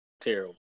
terrible